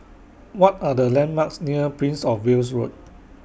What Are The landmarks near Prince of Wales Road